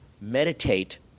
Meditate